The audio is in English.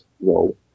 role